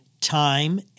time